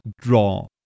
draw